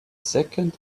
second